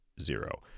zero